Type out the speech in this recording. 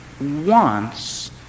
wants